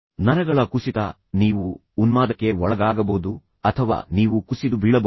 ನರಗಳ ಕುಸಿತ ನೀವು ಉನ್ಮಾದಕ್ಕೆ ಒಳಗಾಗಬಹುದು ಅಥವಾ ನೀವು ಕುಸಿದು ಬೀಳಬಹುದು